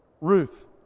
Ruth